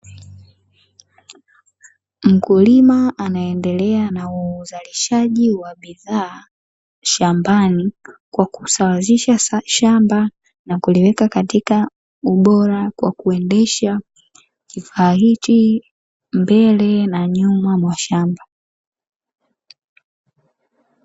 Mkulima anaendelea na uzalishaji wa bidhaa shambani, kwa kusawazisha shamba na kuliweka katika ubora, kwa kuendesha kifaa hichi, mbele na nyuma mwa shamba.